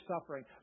suffering